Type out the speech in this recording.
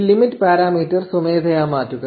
ഈ limit parameter സ്വമേധയാ മാറ്റുക